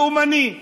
לאומני,